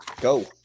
Go